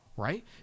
right